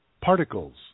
particles